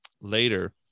later